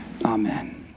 Amen